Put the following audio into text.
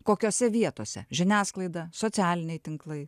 kokiose vietose žiniasklaida socialiniai tinklai